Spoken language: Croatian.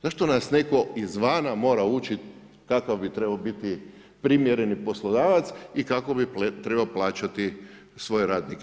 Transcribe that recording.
Zašto nas netko izvana mora učiti kakav bi trebao biti primjerene poslodavac i kako bi trebao plaćati svoje radnike.